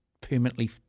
permanently